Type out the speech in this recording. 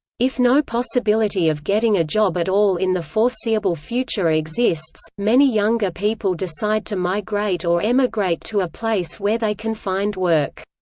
if no possibility of getting a job at all in the foreseeable future exists, many younger people decide to migrate or emigrate to a place where they can find work.